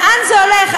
לאן זה הולך?